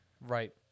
Right